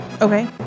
Okay